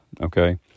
okay